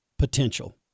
potential